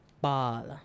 Ball